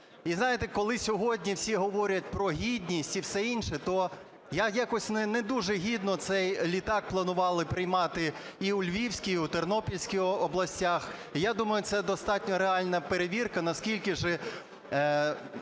І, знаєте, коли сьогодні всі говорять про гідність і все інше, то якось не дуже гідно цей літак планували приймати і у Львівській, у Тернопільській областях. Я думаю, це достатньо реальна перевірка, наскільки ж